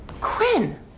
Quinn